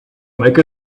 make